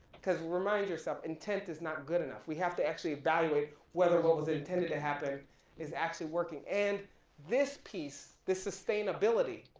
cause remind yourself, intent is not good enough we have to actually evaluate whether what was intended to happen is actually working. and this piece, this sustainability,